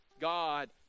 God